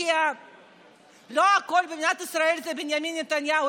כי לא הכול במדינת ישראל זה בנימין נתניהו,